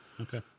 Okay